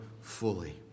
fully